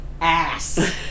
ass